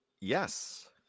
Yes